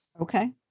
Okay